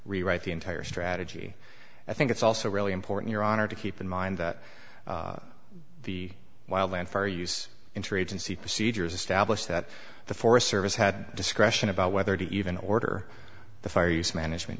rewrite the entire strategy i think it's also really important your honor to keep in mind that the wildland fire use interagency procedures established that the forest service had discretion about whether to even order the fire use management